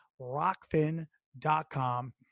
Rockfin.com